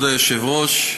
כבוד היושב-ראש,